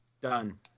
Done